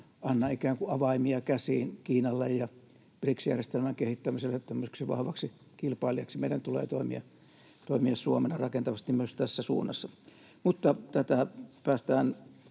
anna ikään kuin avaimia käsiin Kiinalle ja BRICS-järjestelmän kehittämiselle tämmöiseksi vahvaksi kilpailijaksi. Meidän tulee toimia Suomena rakentavasti myös tässä suunnassa. Mutta tätä päästään